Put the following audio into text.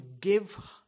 give